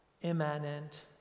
immanent